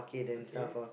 okay